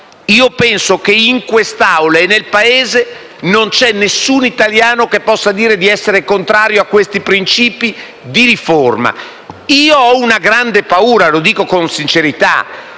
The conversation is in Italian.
penso che in quest'Aula e nel Paese non ci sia nessuno italiano che possa dire di essere contrario a questi principi di riforma. Io ho una grande paura, lo dico con sincerità: